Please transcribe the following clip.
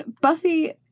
Buffy